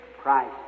Christ